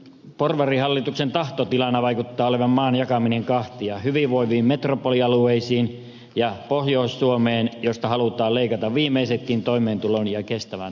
porvarihallituksen tahtotilana vaikuttaa olevan maan jakaminen kahtia hyvinvoiviin metropolialueisiin ja pohjois suomeen josta halutaan leikata viimeisetkin toimeentulon ja kestävän talouden hedelmät